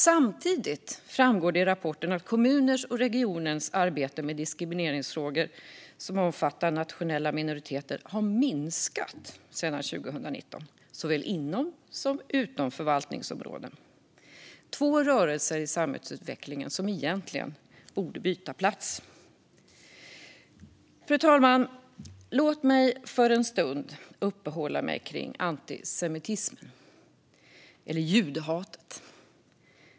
Samtidigt framgår det i rapporten att kommunernas och regionernas arbete med diskrimineringsfrågor som omfattar nationella minoriteter har minskat sedan 2019, såväl inom som utom förvaltningsområdena. Det är två rörelser i samhällsutvecklingen som egentligen borde byta plats. Fru talman! Låt mig för en stund uppehålla mig vid antisemitismen - eller judehatet.